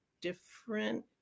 different